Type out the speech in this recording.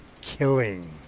killing